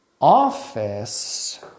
office